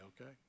okay